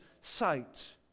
sight